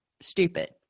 stupid